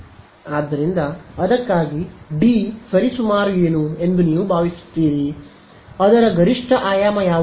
ಆದ್ದರಿಂದ ಅದಕ್ಕಾಗಿ ಡಿ ಸರಿಸುಮಾರು ಏನು ಎಂದು ನೀವು ಭಾವಿಸುತ್ತೀರಿ ಅದರ ಗರಿಷ್ಠ ಆಯಾಮ ಯಾವುದು